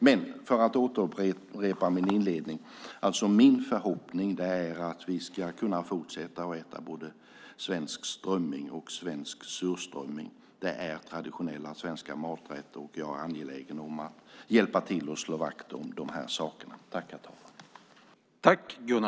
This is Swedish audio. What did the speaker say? Men, för att upprepa min inledning, min förhoppning är att vi ska kunna fortsätta att äta både svensk strömming och svensk surströmming. Det är traditionella svenska maträtter och jag är angelägen om att hjälpa till att slå vakt om de här sakerna.